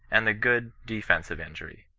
and the good defentive injury.